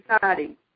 society